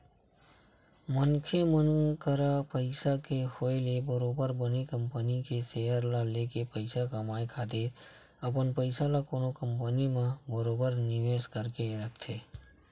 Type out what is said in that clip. मनखे मन करा पइसा के होय ले बरोबर बने कंपनी के सेयर ल लेके पइसा कमाए खातिर अपन पइसा ल कोनो कंपनी म बरोबर निवेस करके रखथे